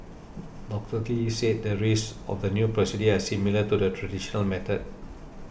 Doctor Lee said the risks of the new procedures are similar to the traditional method